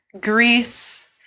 Greece